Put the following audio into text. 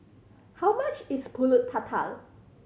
how much is Pulut Tatal